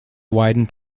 widened